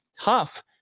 tough